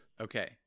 Okay